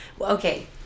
Okay